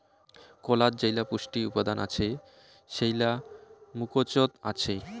কলাত যেইলা পুষ্টি উপাদান আছে সেইলা মুকোচত আছে